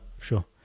sure